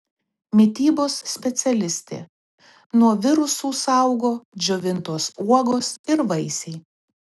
mitybos specialistė nuo virusų saugo džiovintos uogos ir vaisiai